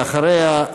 ואחריה,